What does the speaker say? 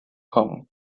kong